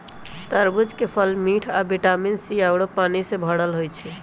तरबूज के फल मिठ आ विटामिन सी आउरो पानी से भरल होई छई